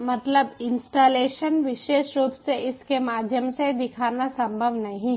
installation installations विशेष रूप से इसके माध्यम से दिखाना संभव नहीं है